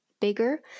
bigger